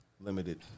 Limited